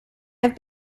have